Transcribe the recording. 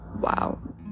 wow